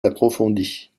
approfondies